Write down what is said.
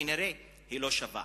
כנראה לא שווה.